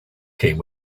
came